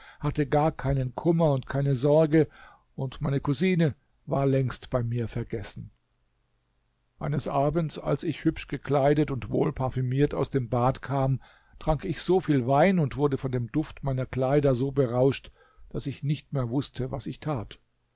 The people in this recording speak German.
hatte gar keinen kummer und keine sorge und meine cousine war längst bei mir vergessen eines abends als ich hübsch gekleidet und wohl parfümiert aus dem bad kam trank ich so viel wein und wurde von dem duft meiner kleider so berauscht daß ich nicht mehr wußte was ich tat